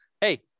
Hey